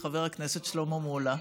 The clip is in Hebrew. את חבר הכנסת שלמה מולה.